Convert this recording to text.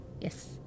Yes